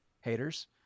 haters